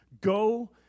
go